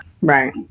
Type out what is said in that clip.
right